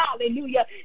Hallelujah